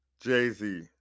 Jay-Z